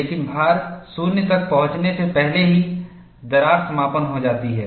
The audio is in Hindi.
लेकिन भार 0 तक पहुंचने से पहले ही दरार समापन हो जाती है